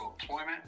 employment